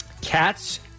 Cats